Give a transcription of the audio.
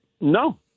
no